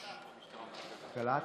כן, נקלט.